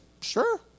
sure